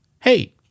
Hey